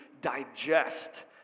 digest